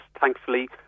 thankfully